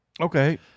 Okay